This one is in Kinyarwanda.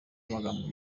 amagambo